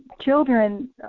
children